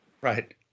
right